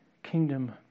kingdom